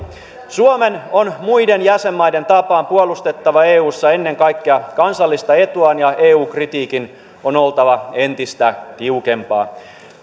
suomen on muiden jäsenmaiden tapaan puolustettava eussa ennen kaikkea kansallista etuaan ja eu kritiikin on oltava entistä tiukempaa